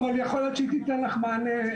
יכול להיות שהיא תיתן לך מענה.